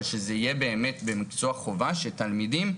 אבל שזה יהיה באמת במקצוע חובה של תלמידים.